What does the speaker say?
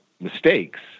mistakes